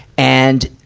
and,